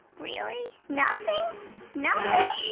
really, nothing nothing?